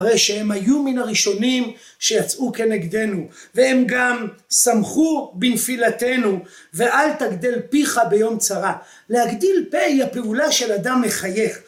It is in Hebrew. הרי שהם היו מן הראשונים שיצאו כנגדנו והם גם שמחו בנפילתנו, ואל תגדל פיך ביום צרה. להגדיל פה היא הפעולה של אדם מחייך